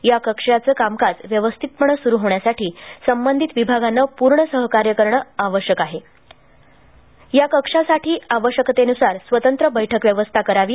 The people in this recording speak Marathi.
या कक्षाचे कामकाज व्यवस्थितपणे सुरू होण्यासाठी संबंधित विभागाने पूर्ण सहकार्य करावं या कक्षा करता आवश्यकतेनुसार स्वतंत्र बैठक व्यवस्था करावी